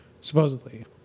supposedly